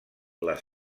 les